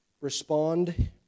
respond